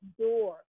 door